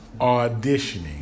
Auditioning